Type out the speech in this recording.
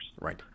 Right